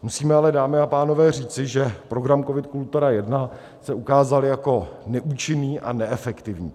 Musíme ale, dámy a pánové, říci, že program COVID Kultura I, se ukázal jako neúčinný a neefektivní.